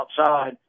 outside